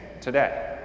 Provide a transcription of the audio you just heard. today